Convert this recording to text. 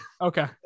Okay